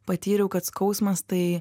patyriau kad skausmas tai